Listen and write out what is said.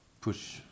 push